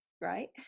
right